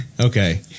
Okay